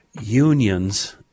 unions